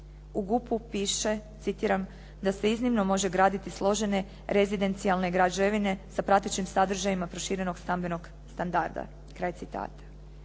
U GUP-u piše, citiram: "da se iznimno može graditi složene rezidencijalne građevine sa pratećim sadržajima proširenog stambenog standarda".